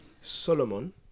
Solomon